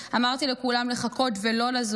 אמרתי לכולם לחכות ולא לזוז,